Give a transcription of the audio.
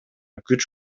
күч